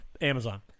Amazon